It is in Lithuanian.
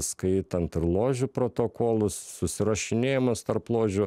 skaitant ir ložių protokolus susirašinėjimus tarp ložių